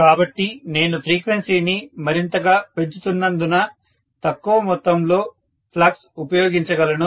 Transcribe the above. కాబట్టి నేను ఫ్రీక్వెన్సీని మరింతగా పెంచుతున్నందున తక్కువ మొత్తంలో ఫ్లక్స్ ఉపయోగించ గలను